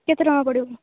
କେତେ ଟଙ୍କା ପଡ଼ିବ